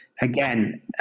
again